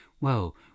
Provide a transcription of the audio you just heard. Well